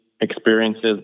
experiences